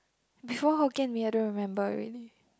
before Hokkien-Mee I don't remember already